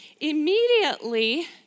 Immediately